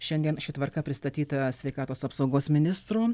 šiandien ši tvarka pristatyta sveikatos apsaugos ministru